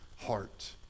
heart